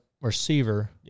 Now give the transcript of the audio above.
receiver